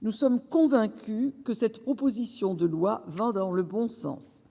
nous sommes convaincus que cette proposition de loi vont dans le bon sens